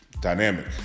dynamic